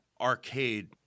arcade